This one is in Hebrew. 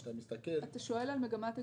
אתה שואל על מגמת הגיוסים?